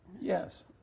Yes